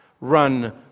run